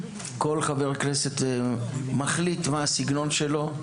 כל חבר כנסת מחליט מה הסגנון שלו,